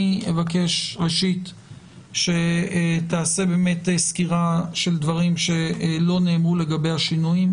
אני אבקש שתיעשה סקירה של דברים שלא נאמרו לגבי השינויים.